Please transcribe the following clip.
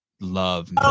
love